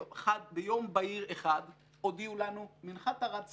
וביום בהיר אחד הודיעו לנו: מנחת ערד סגור.